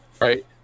Right